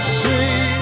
see